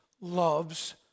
loves